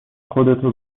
خودتو